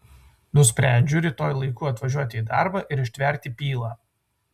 nusprendžiu rytoj laiku atvažiuoti į darbą ir ištverti pylą